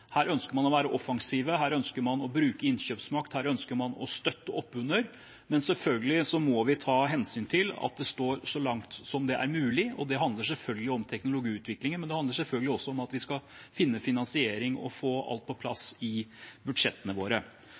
Her ønsker man å være offensive, her ønsker man å bruke innkjøpsmakt, her ønsker man å støtte opp under, men selvfølgelig må vi ta hensyn til at det står: så langt det er mulig. Det handler selvfølgelig om teknologiutviklingen, men det handler selvfølgelig også om at vi skal finne finansiering og få alt på plass i budsjettene våre.